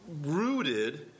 rooted